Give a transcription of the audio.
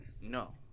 No